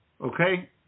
Okay